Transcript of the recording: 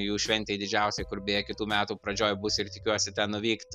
jų šventei didžiausiai kur beje kitų metų pradžioj bus ir tikiuosi ten nuvykt